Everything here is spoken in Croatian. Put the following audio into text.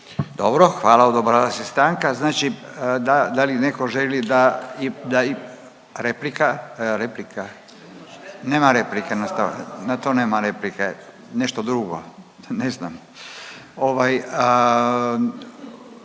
Dobro. Hvala. Odobrava se stanka. Znači da li netko želi da, replika? Nema replike. Na to nema replike. Nešto drugo? Ne znam.